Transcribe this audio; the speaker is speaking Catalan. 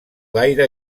gaire